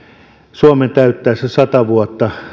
suomen täyttäessä sata vuotta